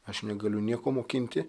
aš negaliu nieko mokinti